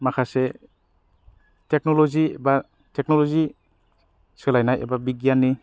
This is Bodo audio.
माखासे टेकनलजी बा टेकनलजी सोलायनाय एबा बिगियाननि सोलायनायनि